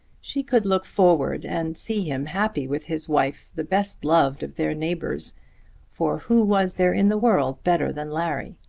she could look forward and see him happy with his wife, the best loved of their neighbours for who was there in the world better than larry?